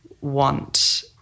want